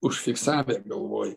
užfiksavę galvoj